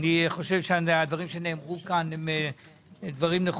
הדברים שנאמרו כאן הם נכונים.